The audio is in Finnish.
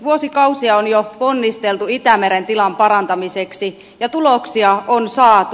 vuosikausia on jo ponnisteltu itämeren tilan parantamiseksi ja tuloksia on saatu